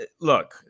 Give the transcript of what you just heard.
Look